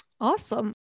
Awesome